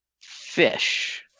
Fish